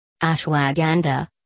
Ashwagandha